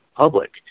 public